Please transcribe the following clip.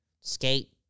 skate